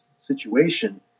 situation